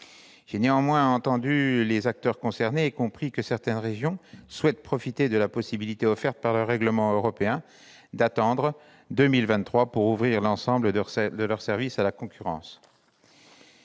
J'ai néanmoins entendu les acteurs concernés et compris que certaines régions souhaitent profiter de la possibilité offerte par le règlement européen d'attendre 2023 pour ouvrir l'ensemble de leurs services à la concurrence.